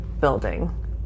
building